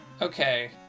Okay